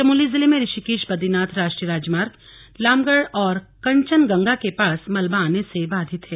चमोली जिले में ऋषिकेश बदरीनाथ राष्ट्रीय राजमार्ग लामबगड़ और कंचनगंगा के पास मलबा आने से बाधित है